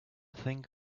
think